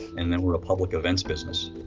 and then we're a public events business.